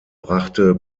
brachte